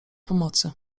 pomocy